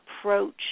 approach